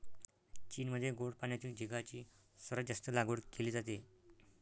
चीनमध्ये गोड पाण्यातील झिगाची सर्वात जास्त लागवड केली जाते